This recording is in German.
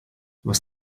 was